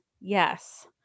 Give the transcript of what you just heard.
Yes